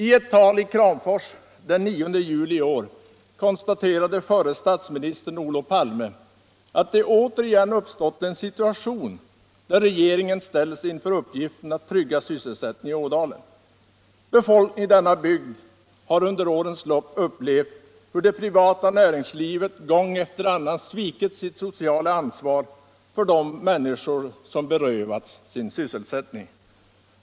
I ett tal i Kramfors den 9 juli i år konstaterade förre statsministern, Olof Palme, att det återigen uppstått en situation där regeringen ställs inför uppgiften att trygga sysselsättningen i Ådalen. Befolkningen i denna bygd har under årens lopp upplevt hur det privata näringslivet gång efter annan svikit sitt sociala ansvar för de människor som berövats sin sysselsättning. '